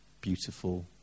beautiful